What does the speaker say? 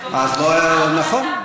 נכון.